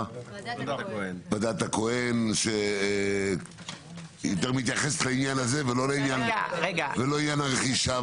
ועדת הכהן שיותר מתייחסת לעניין הזה ולא לעניין הרכישה.